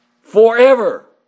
Forever